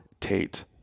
Tate